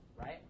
right